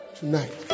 tonight